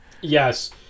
yes